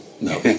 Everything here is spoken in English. No